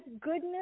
goodness